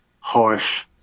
harsh